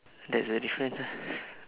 there's a difference ah